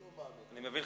אני מבין,